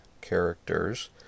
characters